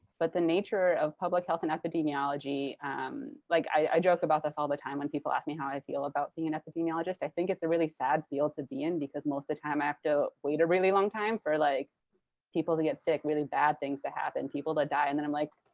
but the nature of public health and epidemiology like i joke about this all the time when people ask me how i feel about being an epidemiologist i think it's a really sad field to be in, because most of the time, i have to wait a really long time for like people to get sick, really bad things to happen, people to die. and then i'm like,